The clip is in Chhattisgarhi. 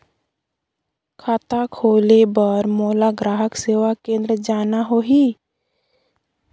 खाता खोले बार मोला ग्राहक सेवा केंद्र जाना होही?